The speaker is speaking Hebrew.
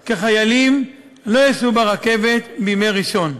כי חיילים לא ייסעו ברכבת בימי ראשון.